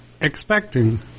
expecting